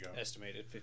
Estimated